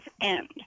end